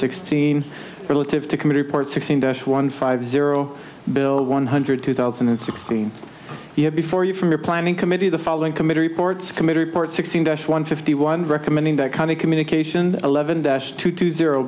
sixteen relative to committee report sixteen dash one five zero bill one hundred two thousand and six the year before you from the planning committee the following committee reports committee reports sixteen to one fifty one recommending that kind of communication eleven dash two to zero